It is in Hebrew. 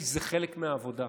כי זה חלק מהעבודה.